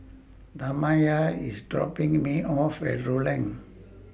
Tamya IS dropping Me off At Rulang